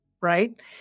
right